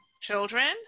children